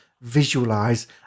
visualize